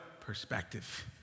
Perspective